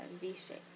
V-shape